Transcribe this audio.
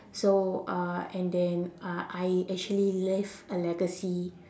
so uh and then uh I actually leave a legacy